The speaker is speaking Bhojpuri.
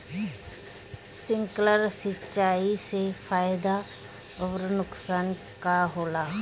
स्पिंकलर सिंचाई से फायदा अउर नुकसान का होला?